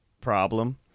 problem